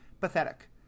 Pathetic